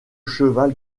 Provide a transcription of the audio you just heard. cheval